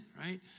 right